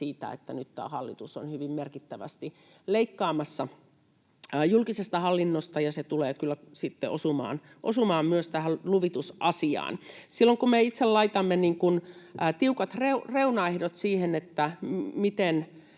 tämä hallitus on hyvin merkittävästi leikkaamassa julkisesta hallinnosta, ja se tulee kyllä sitten osumaan myös tähän luvitusasiaan. Silloin kun me itse laitamme tiukat reunaehdot siihen,